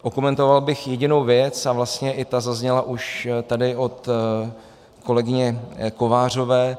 Okomentoval bych jedinou věc a vlastně i ta zazněla tady už od kolegyně Kovářové.